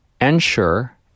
Ensure